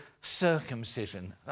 circumcision